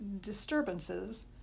disturbances